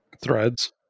Threads